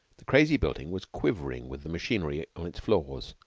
the crazy building was quivering with the machinery on its floors,